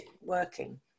working